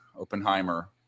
Oppenheimer